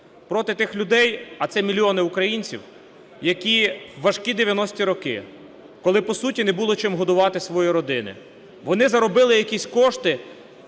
проти тих людей (а це мільйони українців), які у важкі 90-ті роки, коли по суті не було чим годували свої родини, вони заробили якісь кошти.